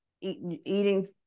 eating